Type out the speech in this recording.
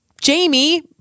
Jamie